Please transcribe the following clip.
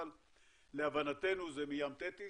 אבל להבנתנו זה מים תטיס.